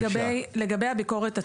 כמה דירות?